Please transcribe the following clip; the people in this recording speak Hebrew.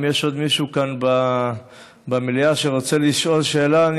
אם יש עוד מישהו כאן במליאה שרוצה לשאול שאלה,